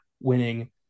winning